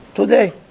Today